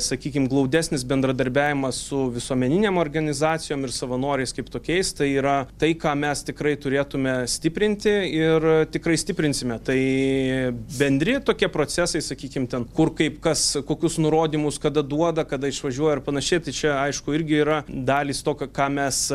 sakykim glaudesnis bendradarbiavimas su visuomeninėm organizacijom ir savanoriais kaip tokiais tai yra tai ką mes tikrai turėtumėme stiprinti ir tikrai stiprinsime tai bendri tokie procesai sakykim ten kur kaip kas kokius nurodymus kada duoda kada išvažiuoja ir panašiai tai čia aišku irgi yra dalys to ka ką mes